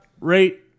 rate